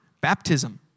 baptism